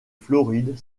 floride